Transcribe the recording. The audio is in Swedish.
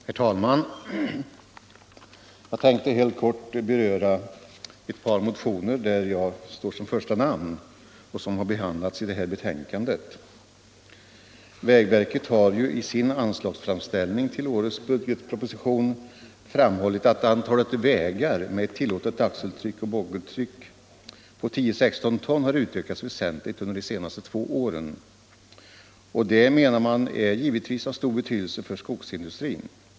Herr talman! Jag tänker helt kort beröra ett par motioner där jag står som första namn och som har behandlats i detta betänkande. Vägverket har i sin anslagsframställning till årets budgetproposition framhållit att antalet vägar med ett tillåtet axeltryck och boggietryck på 10/16 ton har utökats väsentligt under de senaste två åren. Detta är, menar man, givetvis av stor betydelse för skogsindustrin.